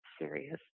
serious